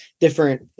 different